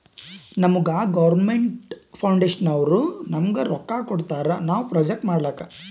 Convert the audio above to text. ನಮುಗಾ ಗೌರ್ಮೇಂಟ್ ಫೌಂಡೇಶನ್ನವ್ರು ನಮ್ಗ್ ರೊಕ್ಕಾ ಕೊಡ್ತಾರ ನಾವ್ ಪ್ರೊಜೆಕ್ಟ್ ಮಾಡ್ಲಕ್